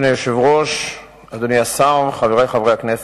אדוני היושב-ראש, אדוני השר, חברי חברי הכנסת,